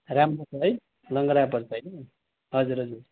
राम्रो छ है लङ्गडा आँपहरू छ होइन हजुर हजुर